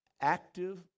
active